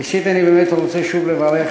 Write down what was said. ראשית אני באמת רוצה שוב לברך